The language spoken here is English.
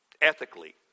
ethically